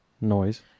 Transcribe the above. noise